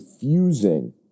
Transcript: fusing